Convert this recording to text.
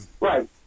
Right